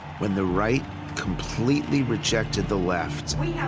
when the right completely rejected the left. we have